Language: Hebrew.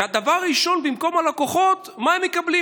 והדבר הראשון, במקום הלקוחות, מה הם מקבלים?